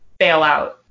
bailout